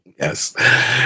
Yes